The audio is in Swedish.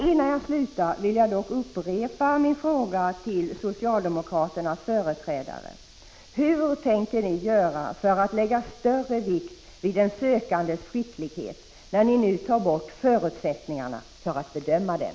Innan jag slutar vill jag dock upprepa min fråga till socialdemokraternas företrädare: Hur tänker ni göra för att lägga större vikt vid en sökandes skicklighet, när ni nu tar bort förutsättningarna för att bedöma den?